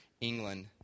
England